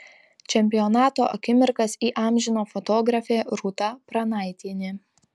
čempionato akimirkas įamžino fotografė rūta pranaitienė